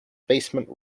basement